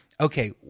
okay